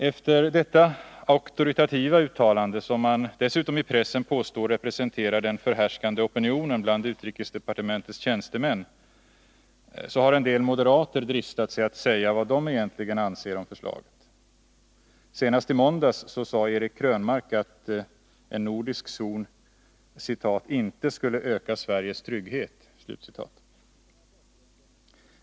Efter detta auktoritativa uttalande — som man dessutom i pressen påstår representerar den förhärskande opinionen bland utrikesdepartementets tjänstemän — har en del moderater dristat sig att säga vad de egentligen anser om förslaget. Senast i måndags sade Eric Krönmark att en nordisk zon ” inte skulle öka Sveriges trygghet”.